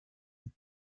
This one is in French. des